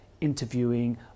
interviewing